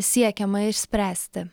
siekiama išspręsti